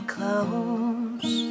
close